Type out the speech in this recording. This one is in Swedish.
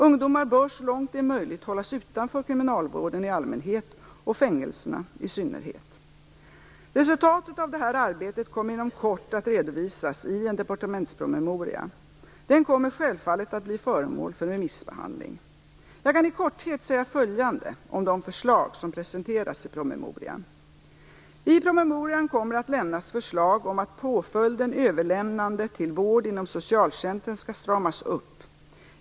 Ungdomar bör så långt det är möjligt hållas utanför kriminalvården i allmänhet och fängelserna i synnerhet. Resultatet av detta arbete kommer inom kort att redovisas i en departementspromemoria. Denna kommer självfallet att bli föremål för remissbehandling. Jag kan i korthet säga följande om de förslag som presenteras i promemorian. I promemorian kommer att lämnas förslag om att påföljden överlämnande till vård inom socialtjänsten skall stramas upp.